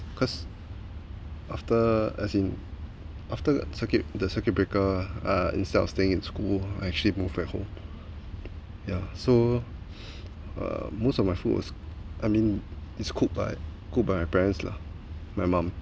cause after as in after circuit the circuit breaker uh instead of staying in school I actually moved back home yeah so uh most of my foods was I mean it's cooked by cooked by my parents lah my mum